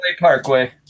Parkway